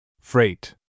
Freight